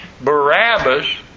Barabbas